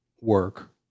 work